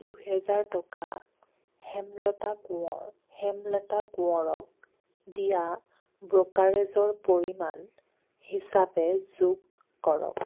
দুহেজাৰ টকা হেমলতা কোঁৱৰক দিয়া ব্ৰ'কাৰেজৰ পৰিমাণ হিচাপে যোগ কৰক